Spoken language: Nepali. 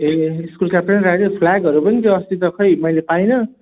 ए स्कुल क्याप्टनले राख्यो फ्लागहरू पनि त्यो अस्ति त खै मैले पाइनँ